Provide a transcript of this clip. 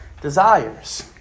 desires